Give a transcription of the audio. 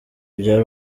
bya